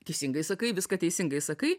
teisingai sakai viską teisingai sakai